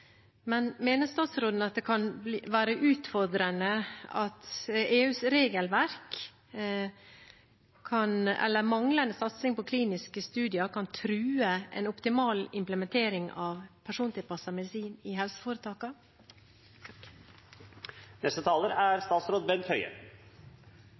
Mener statsråden at manglende satsing på kliniske studier kan true en optimal implementering av persontilpasset medisin i helseforetakene? Som jeg var inne på i mitt svar, er